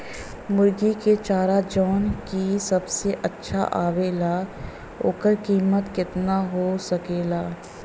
मुर्गी के चारा जवन की सबसे अच्छा आवेला ओकर कीमत केतना हो सकेला?